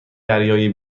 دریایی